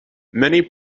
many